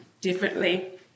differently